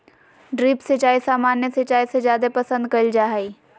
drip सिंचाई सामान्य सिंचाई से जादे पसंद कईल जा हई